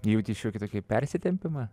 jauti šiokį tokį persitempimą